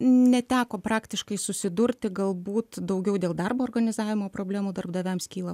neteko praktiškai susidurti galbūt daugiau dėl darbo organizavimo problemų darbdaviams kyla